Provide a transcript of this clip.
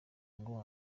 ngo